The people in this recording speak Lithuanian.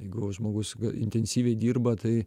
jeigu žmogus intensyviai dirba tai